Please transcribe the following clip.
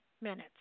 minutes